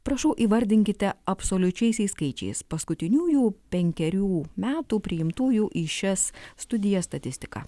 prašau įvardinkite absoliučiaisiais skaičiais paskutiniųjų penkerių metų priimtųjų į šias studijas statistiką